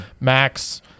Max